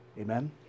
Amen